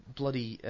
bloody